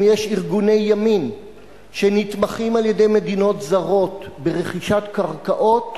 אם יש ארגוני ימין שנתמכים על-ידי מדינות זרות ברכישת קרקעות,